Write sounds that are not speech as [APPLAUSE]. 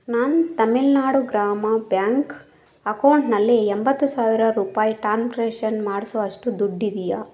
ನನ್ನ ತಮಿಳ್ನಾಡು ಗ್ರಾಮ ಬ್ಯಾಂಕ್ ಅಕೌಂಟ್ನಲ್ಲಿ ಎಂಬತ್ತು ಸಾವಿರ ರೂಪಾಯಿ [UNINTELLIGIBLE] ಮಾಡಿಸುವಷ್ಟು ದುಡ್ಡಿದೆಯಾ